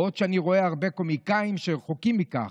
בעוד שאני רואה הרבה קומיקאים שרחוקים מכך.